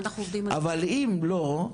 אבל אם לא,